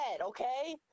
okay